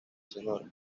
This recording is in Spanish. señora